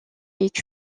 est